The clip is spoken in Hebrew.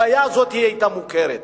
הבעיה הזאת היתה מוכרת.